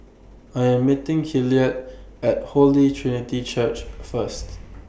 I Am meeting Hilliard At Holy Trinity Church First